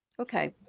okay.